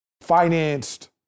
financed